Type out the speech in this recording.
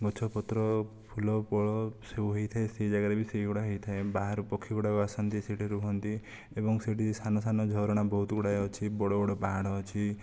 ଗଛ ପତ୍ର ଫୁଲ ଫଳ ସବୁ ହୋଇଥାଏ ସେ ଜାଗାରେ ବି ସେଗୁଡ଼ାକ ହୋଇଥାଏ ବାହାର ପକ୍ଷୀ ଗୁଡ଼ାକ ବି ଆସନ୍ତି ଆଉ ସେଇଠି ରୁହନ୍ତି ଏବଂ ସେଇଠି ସାନ ସାନ ଝରଣା ବହୁତ ଗୁଡ଼ାଏ ଅଛି ବଡ଼ ବଡ଼ ପାହାଡ଼ ଅଛି